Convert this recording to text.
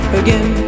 again